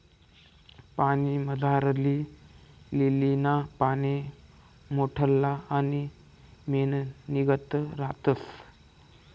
पाणीमझारली लीलीना पाने मोठल्ला आणि मेणनीगत रातस